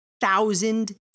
thousand